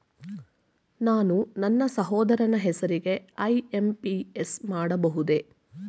ನಾನು ನನ್ನ ಸಹೋದರನ ಹೆಸರಿಗೆ ಐ.ಎಂ.ಪಿ.ಎಸ್ ಮಾಡಬಹುದೇ?